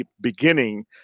beginning